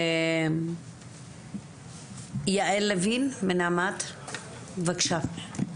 יעל לוין, מנעמ"ת, בבקשה.